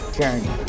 journey